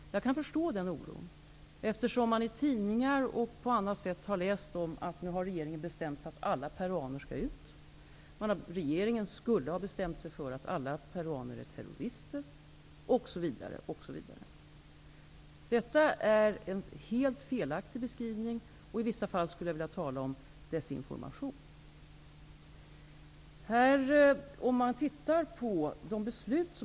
Jag kan förstå den oron, eftersom man i tidningar och på andra håll har läst att regeringen har bestämt att alla peruaner skall ut, och att regeringen skulle ha bestämt sig för att alla peruaner är terrorister osv. osv. Detta är en helt felaktig beskrivning, och i vissa fall skulle jag vilja säga att det handlar om desinformation.